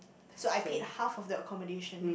so I paid half of the accommodation